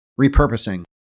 repurposing